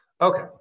Okay